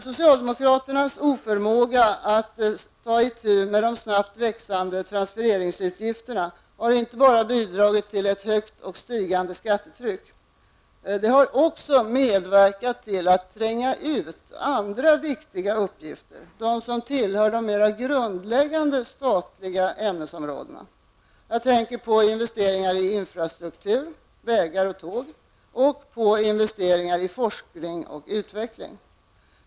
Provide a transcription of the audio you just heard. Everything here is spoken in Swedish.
Socialdemokraternas oförmåga att ta itu med de snabbt växande transfereringsutgifterna har inte bara bidragit till ett högt och stigande skattetryck. Den har också medverkat till att tränga ut andra viktiga uppgifter, de som tillhör de mera grundläggande statliga ämnesområdena. Jag tänker både på investeringar i infrastruktur -- vägar och tåg -- och på investeringar i forskning och utveckling.